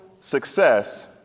success